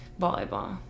volleyball